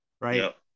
right